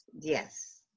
Yes